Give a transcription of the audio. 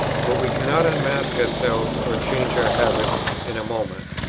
but we cannot unmake ourselves or change our habits in a moment.